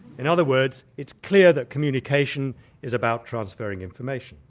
in other words, it's clear that communication is about transferring information.